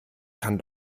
kann